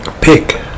pick